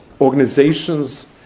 Organizations